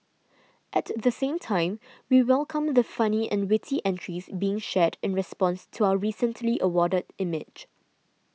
at the same time we welcome the funny and witty entries being shared in response to our recently awarded image